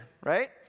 right